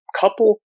couple